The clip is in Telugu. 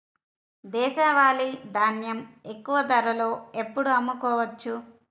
దేశవాలి ధాన్యం ఎక్కువ ధరలో ఎప్పుడు అమ్ముకోవచ్చు?